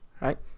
Right